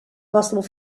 possible